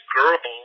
girl